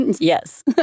yes